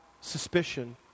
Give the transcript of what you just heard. suspicion